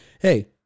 Hey